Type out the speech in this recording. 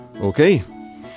Okay